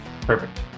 Perfect